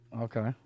Okay